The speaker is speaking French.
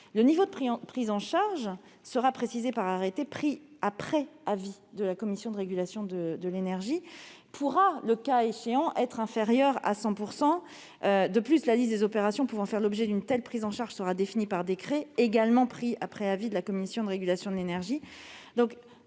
Le niveau de prise en charge sera précisé par un arrêté pris après avis de la Commission de régulation de l'énergie, la CRE. Il pourra, le cas échéant, être inférieur à 100 %. De plus, la liste des opérations pouvant faire l'objet d'une telle prise en charge sera définie par décret, également pris après avis de la Commission de régulation de l'énergie.